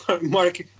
mark